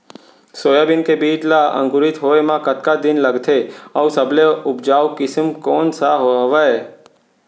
Soybean के बीज ला अंकुरित होय म कतका दिन लगथे, अऊ सबले उपजाऊ किसम कोन सा हवये?